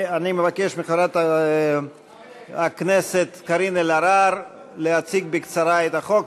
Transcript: אני מבקש מחברת הכנסת קארין אלהרר להציג בקצרה את החוק.